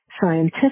scientific